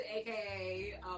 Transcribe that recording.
aka